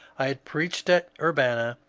i preached at urbanna,